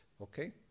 okay